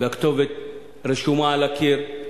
הכתובת רשומה על הקיר.